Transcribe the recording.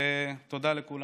תודה לכולם.